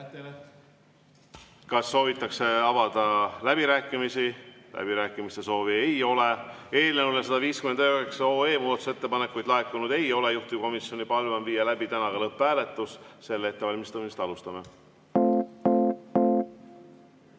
Kas soovitakse avada läbirääkimisi? Läbirääkimiste soovi ei ole. Eelnõu 159 kohta muudatusettepanekuid laekunud ei ole. Juhtivkomisjoni palve on viia täna läbi ka lõpphääletus. Selle ettevalmistamist alustame.